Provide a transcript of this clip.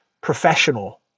professional